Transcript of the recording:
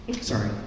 Sorry